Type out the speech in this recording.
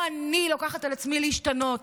אני פה לוקחת על עצמי להשתנות